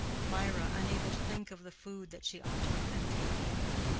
mirah, unable to think of the food that she ought to have been taking,